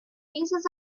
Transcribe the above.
faces